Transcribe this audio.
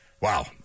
wow